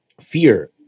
fear